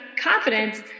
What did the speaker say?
confidence